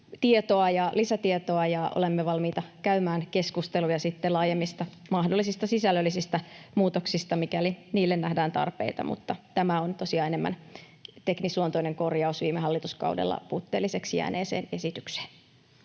ja olemme valmiita käymään keskusteluja sitten mahdollisista laajemmista sisällöllisistä muutoksista, mikäli niille nähdään tarpeita. Mutta tämä on tosiaan enemmän teknisluontoinen korjaus viime hallituskaudella puutteelliseksi jääneeseen esitykseen.